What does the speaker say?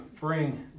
bring